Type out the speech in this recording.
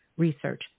research